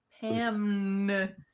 Pam